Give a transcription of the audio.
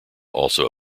also